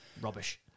Rubbish